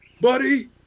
buddy